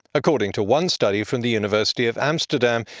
according to one study from the university of amsterdam,